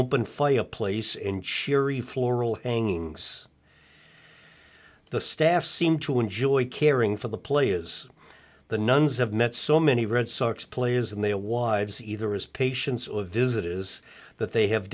open fireplace in cheery floral hanging the staff seemed to enjoy caring for the play is the nuns have met so many red sox players and their wives either as patients or visit is that they have